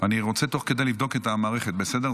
רוצה תוך כדי לבדוק את המערכת, בסדר?